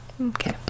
Okay